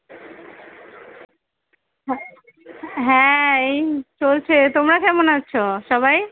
হ্যাঁ হ্যাঁ এই চলছে তোমরা কেমন আছো সবাই